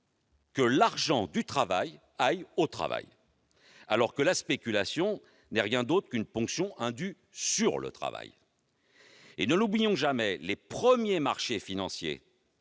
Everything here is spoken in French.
que l'argent du travail aille au travail, alors que la spéculation n'est rien d'autre qu'une ponction indue sur le travail ! Ne l'oublions jamais : les premiers marchés financiers